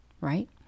right